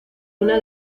una